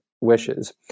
wishes